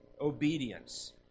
obedience